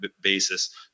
basis